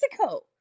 Mexico